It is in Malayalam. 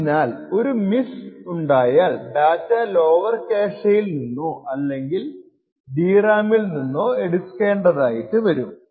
അതിനാൽ ഒരു മിസ്സ് ഉണ്ടായാൽ ഡാറ്റ ലോവർ ക്യാഷെയിൽ നിന്നോ അല്ലെങ്കിൽ DRAM ൽ നിന്നോ എടുക്കേണ്ടതായിട്ട് വരും